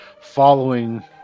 following